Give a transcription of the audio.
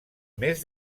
mes